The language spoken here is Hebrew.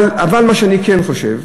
אבל מה שאני כן חושב,